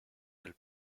del